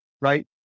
right